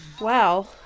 Wow